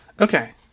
Okay